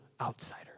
outsider